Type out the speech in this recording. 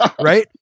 right